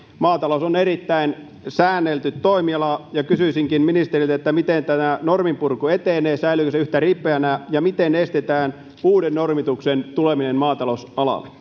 maatalous on erittäin säännelty toimiala ja kysyisinkin ministeriltä miten tämä norminpurku etenee säilyykö se yhtä ripeänä ja miten estetään uuden normituksen tuleminen maatalousalalle